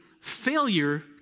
failure